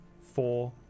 four